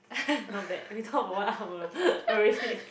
not bad we talk about one hour already